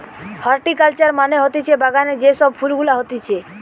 horticulture মানে হতিছে বাগানে যে সব ফুল গুলা হতিছে